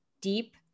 deep